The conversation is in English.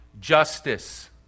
justice